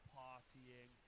partying